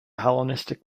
hellenistic